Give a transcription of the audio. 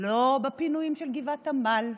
בפינויים בגבעת עמל,